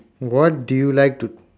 what do you like to